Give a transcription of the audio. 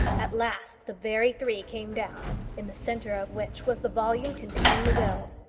at last the very three came down, in the centre of which was the volume containing the will.